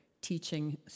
teaching